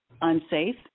unsafe